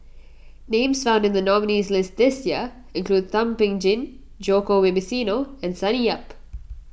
names found in the nominees' list this year include Thum Ping Tjin Djoko Wibisono and Sonny Yap